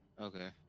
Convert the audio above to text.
Okay